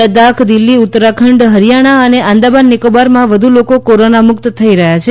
લદ્દાખ દિલ્હી ઉત્તરાખંડ હરિથાણા અને આંદામાન અને નિકોબારમાં વધુ લોકો કોરોના મુક્ત થઈ રહ્યા છે